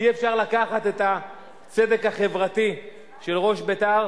אי-אפשר לקחת את הצדק החברתי של ראש בית"ר,